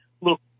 look